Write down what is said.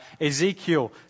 Ezekiel